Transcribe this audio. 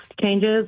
changes